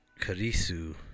Karisu